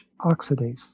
oxidase